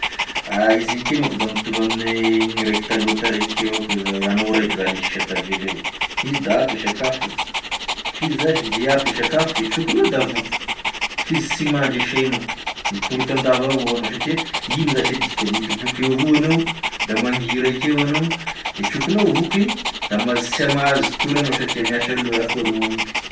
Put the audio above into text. Ah izy igny ke monko da mitovy amin'i igny raiky taloha tary igny ke avao koa izao hoe anao raiky zany sisa tavela eo, izy da ampy e sakafo f'izy zash ndre ampy e sakafo, i trokignao da voky f'izy sy mandry e saignao, mikorontandava avao anao, satria ino zash e dikany, midoboka avao anao, da mangia raiky eo anao e trokignao voky da maha- sy mahazo tory anao satria miasa loha hoe akory moa agniko ty.